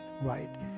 right